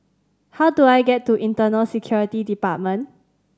how do I get to Internal Security Department